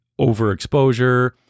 overexposure